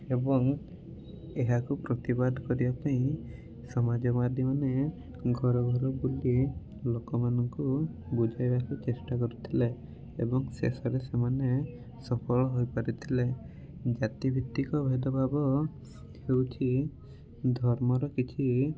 ଏବଂ ଏହାକୁ ପ୍ରତିବାଦ କରିବାପାଇଁ ସମାଜବାଦୀମାନେ ଘର ଘର ବୁଲି ଲୋକମାନଙ୍କୁ ବୁଝାଇବାକୁ ଚେଷ୍ଟା କରିଥିଲେ ଏବଂ ଶେଷରେ ସେମାନେ ସଫଳ ହୋଇପାରିଥିଲେ ଜାତିଭିତ୍ତିକ ଭେଦଭାବ ହେଉଛି ଧର୍ମର କିଛି